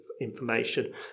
information